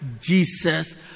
Jesus